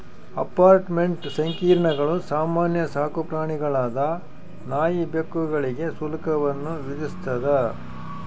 apartment ಸಂಕೀರ್ಣಗಳು ಸಾಮಾನ್ಯ ಸಾಕುಪ್ರಾಣಿಗಳಾದ ನಾಯಿ ಬೆಕ್ಕುಗಳಿಗೆ ಶುಲ್ಕವನ್ನು ವಿಧಿಸ್ತದ